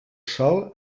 sòl